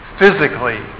physically